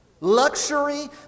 luxury